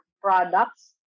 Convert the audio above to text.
products